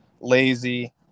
lazy